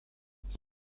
his